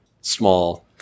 small